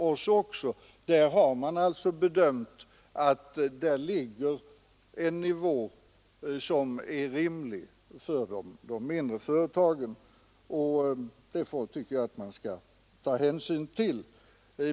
De beloppen har man alltså i dessa länder ansett vara en rimlig nivå för de mindre företagen, och det tycker jag att man bör ta hänsyn till.